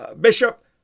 Bishop